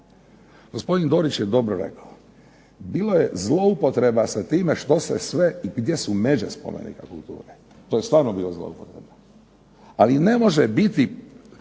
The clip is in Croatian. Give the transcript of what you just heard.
Gospodin Dorić je dobro rekao, bilo je zloupotreba s time što se sve i gdje su međe spomenika kulture. To je stvarno bilo zloupotreba. Ali ne može biti,